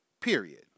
Period